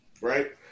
right